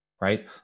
Right